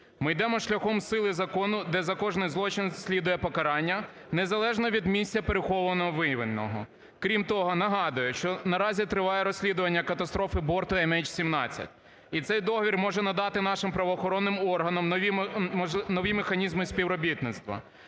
Ми йдемо шляхом сили закону, де за кожний злочин слідує покарання, незалежно від місця переховування виявленого. Крім того, нагадую, що наразі триває розслідування катастрофи борту МН-17, і цей договір може надати нашим правоохоронним органам нові механізми співробітництва.